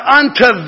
unto